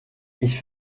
ich